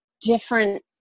different